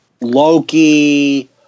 Loki